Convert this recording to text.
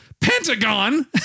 Pentagon